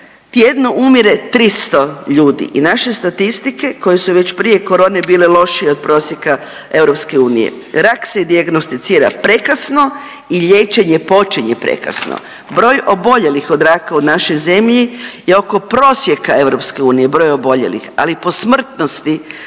tjedno umire 300 ljudi i naše statistike koje su već prije korone bile lošije od prosjeka EU, rak se dijagnosticira prekasno i liječenje počinje prekasno. Broj oboljelih od raka u našoj zemlji je oko prosjeka EU, broj oboljelih, ali po smrtnosti